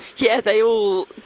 yeah, they all,